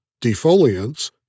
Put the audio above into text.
Defoliants